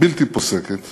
בלתי פוסקת